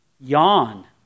Yawn